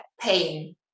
pain